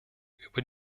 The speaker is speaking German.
über